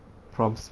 prompts